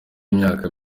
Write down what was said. imyaka